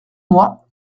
moi